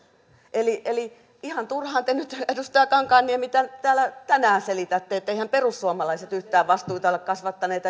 eli eli ihan turhaan te nyt edustaja kankaanniemi täällä tänään selitätte että eiväthän perussuomalaiset yhtään vastuita ole kasvattaneet